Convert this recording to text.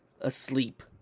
asleep